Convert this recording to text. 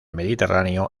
mediterráneo